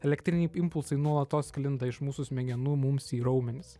elektriniai impulsai nuolatos sklinda iš mūsų smegenų mums į raumenis